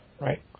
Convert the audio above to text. Right